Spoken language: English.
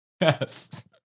Yes